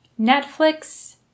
Netflix